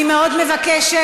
אני מאוד מבקשת,